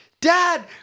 dad